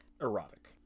erotic